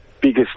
biggest